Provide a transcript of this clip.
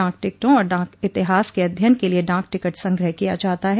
डाक टिकटों और डाक इतिहास के अध्ययन के लिए डाक टिकट संग्रह किया जाता है